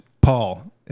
Paul